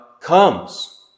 comes